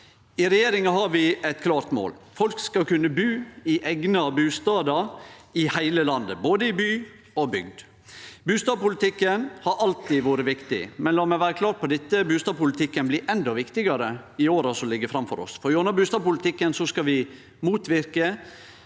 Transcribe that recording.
I regjeringa har vi eit klart mål: Folk skal kunne bu i eigna bustader i heile landet, i både by og bygd. Bustadpolitikken har alltid vore viktig, men la meg vere klar på dette: Bustadpolitikken blir endå viktigare i åra som ligg framfor oss, for gjennom bustadpolitikken skal vi motverke